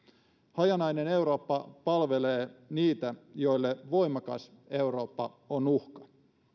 hajanainen eurooppa palvelee niitä joille voimakas eurooppa on uhka